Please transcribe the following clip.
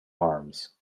arms